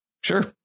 sure